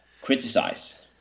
criticize